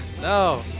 No